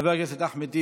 חבר הכנסת אחמד טיבי,